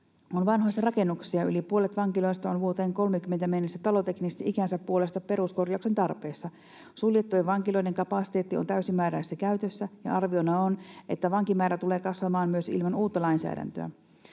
on vanhoissa rakennuksissa, ja yli puolet vankiloista on vuoteen 30 mennessä taloteknisesti ikänsä puolesta peruskorjauksen tarpeessa. Suljettujen vankiloiden kapasiteetti on täysimääräisessä käytössä, ja arviona on, että vankimäärä tulee kasvamaan myös ilman uutta lainsäädäntöä.